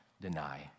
deny